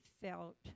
felt